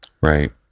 right